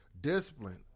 discipline